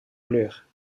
kleur